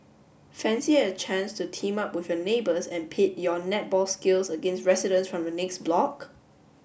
fancy a chance to team up with your neighbours and pit your netball skills against residents from the next block